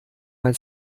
mein